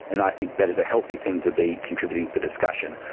and i think that is a healthy thing to be contributing to the discussion,